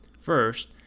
First